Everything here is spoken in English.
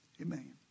Amen